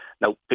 Now